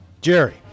Jerry